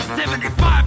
$75